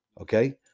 Okay